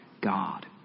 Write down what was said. God